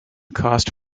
cost